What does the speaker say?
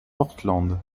portland